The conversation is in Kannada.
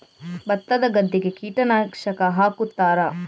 ಭತ್ತದ ಗದ್ದೆಗೆ ಕೀಟನಾಶಕ ಹಾಕುತ್ತಾರಾ?